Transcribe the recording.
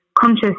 conscious